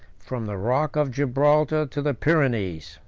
from the rock of gibraltar to the pyrenees.